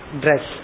dress